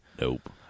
Nope